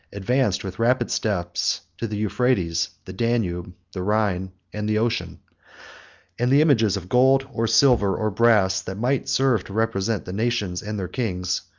advanced with rapid steps to the euphrates, the danube, the rhine, and the ocean and the images of gold, or silver, or brass, that might serve to represent the nations and their kings,